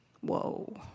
Whoa